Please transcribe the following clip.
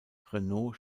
renault